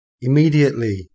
Immediately